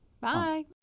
Bye